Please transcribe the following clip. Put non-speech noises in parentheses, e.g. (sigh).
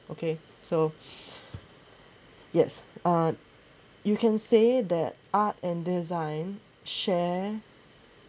okay so (breath) yes uh you can say that art and design share